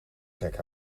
gek